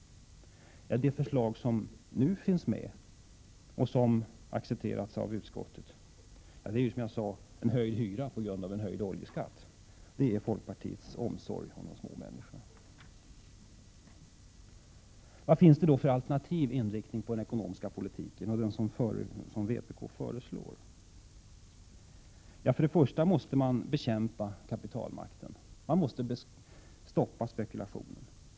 Ja, det förslag som nu finns och som accepterats av utskottet är ju, som jag sade, en höjd hyra på grund av höjd oljeskatt. Det är folkpartiets omsorg om de små människorna. Vad finns det då för alternativ när det gäller inriktningen av den ekonomiska politiken, i enlighet med vad vpk föreslår? Först och främst måste man bekämpa kapitalmakten. Man måste stoppa spekulationen.